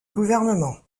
gouvernement